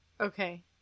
Okay